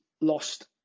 lost